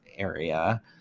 area